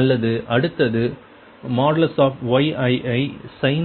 அல்லது அடுத்தது Yiisin